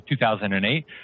2008